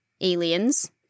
aliens